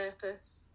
purpose